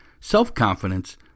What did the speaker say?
self-confidence